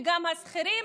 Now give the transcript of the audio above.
וגם השכירים,